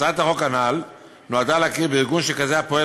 הצעת החוק הנ"ל נועדה להכיר בארגון שכזה הפועל